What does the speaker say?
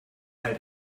halt